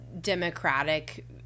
democratic